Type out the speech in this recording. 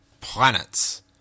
planets